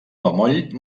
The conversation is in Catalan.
bemoll